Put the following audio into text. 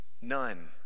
None